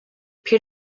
peer